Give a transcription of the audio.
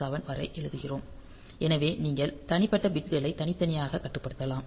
7 வரை என்று எழுதுகிறோம் எனவே நீங்கள் தனிப்பட்ட பிட்களை தனித்தனியாக கட்டுப்படுத்தலாம்